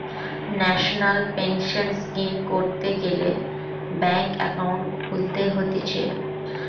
national pension scheme করতে গ্যালে bank account খুলতে হতিছে